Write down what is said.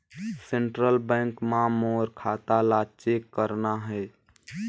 Central bank मां मोर खाता ला चेक करना हे?